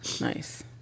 Nice